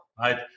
right